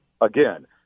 again